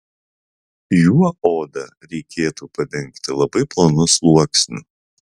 juo odą reikėtų padengti labai plonu sluoksniu